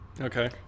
Okay